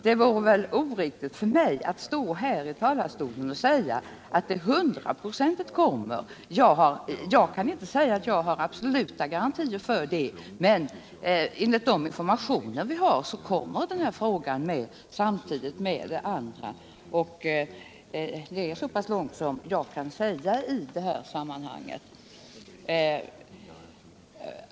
Det vore väl oriktigt av mig att stå här i talarstolen och säga att detta hundraprocentigt kommer. Jag kan inte säga att jag har absoluta garantier för det, men enligt de informationer vi fått kommer den här frågan samtidigt med de andra. Det är så pass mycket som jag kan säga i det här sammanhanget.